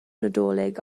nadolig